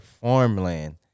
farmland